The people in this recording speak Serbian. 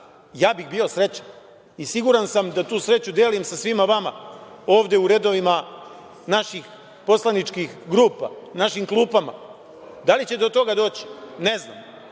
ja bih bio srećan i siguran sam da tu sreću delim sa svima vama ovde u redovima naših poslaničkih grupa, našim klupama. Da li će do toga doći? Ne znam,